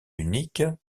unique